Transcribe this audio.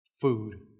food